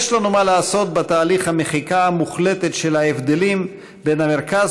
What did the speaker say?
יש לנו מה לעשות בתהליך המחיקה המוחלטת של ההבדלים בין המרכז